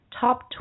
Top